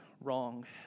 wrong